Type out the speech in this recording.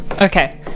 Okay